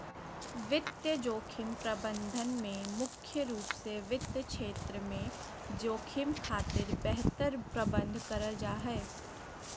वित्तीय जोखिम प्रबंधन में मुख्य रूप से वित्त क्षेत्र में जोखिम खातिर बेहतर प्रबंध करल जा हय